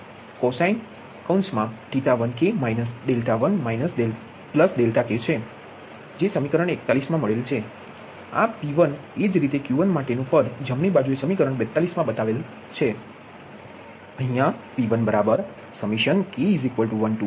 અને V1 Vk Ylkcosineθ1k - 𝛿1 𝛿k સમીકરણ 41 માંથી આ P1 એ જ રીતે Q1 માટે નુ પદ જમણી બાજુએ સમીકરણ 42 માં બતાવેલ છે